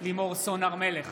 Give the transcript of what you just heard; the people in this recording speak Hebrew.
לימור סון הר מלך,